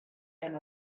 and